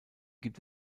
gibt